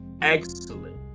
Excellent